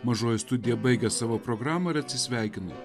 mažoji studija baigia savo programą ir atsisveikinu